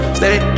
stay